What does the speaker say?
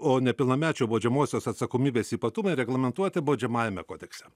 o nepilnamečių baudžiamosios atsakomybės ypatumai reglamentuoti baudžiamajame kodekse